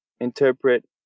interpret